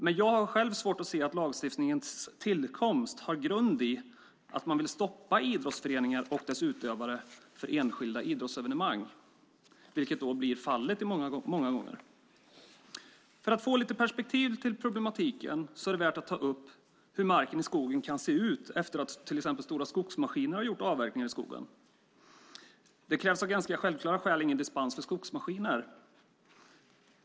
Men jag har själv svårt att se att lagens tillkomst har grund i att man vill hindra idrottsföreningar och idrottsutövare från att genomföra enskilda idrottsevenemang, vilket många gånger blir fallet. För att få lite perspektiv på problematiken är det värt att ta upp hur marken i skogen kan se ut efter att till exempel stora skogsmaskiner har gjort avverkningar i skogen. Det krävs av ganska självklara skäl inga dispenser för skogsmaskiner.